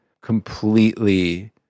completely